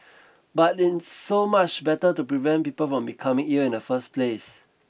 but it's so much better to prevent people from becoming ill in the first place